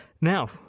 Now